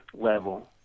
level